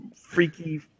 freaky